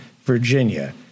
Virginia